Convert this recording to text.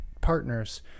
partners